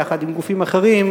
יחד עם גופים אחרים,